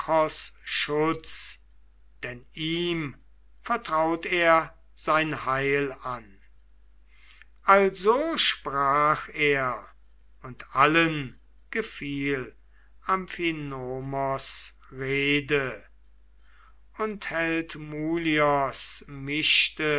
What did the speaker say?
denn ihm vertraut er sein heil an also sprach er und allen gefiel amphinomos rede und held mulios